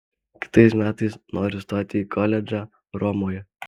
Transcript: kitais metais noriu stoti į koledžą romoje